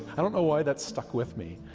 i don't know why that stuck with me,